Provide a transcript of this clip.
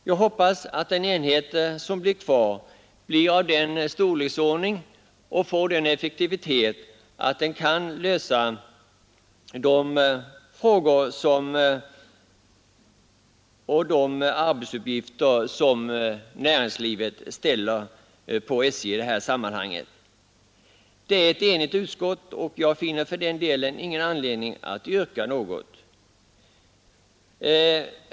Jag hoppas att den enhet som blir kvar får sådan storleksordning och effektivitet som behövs och att SJ skall uppfylla de krav som bl.a. näringslivet kommer att ställa på SJ i detta sammanhang. Utskottet är enigt, och jag finner det därför meningslöst att ställa något särskilt yrkande.